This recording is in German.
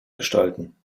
gestalten